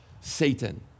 Satan